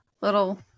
little